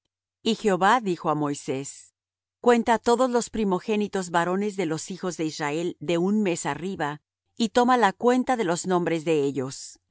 y jehová dijo á moisés cuenta todos los primogénitos varones de los hijos de israel de un mes arriba y toma la cuenta de los nombres de ellos